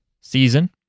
season